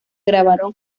grabaron